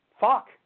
fuck